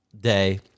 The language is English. day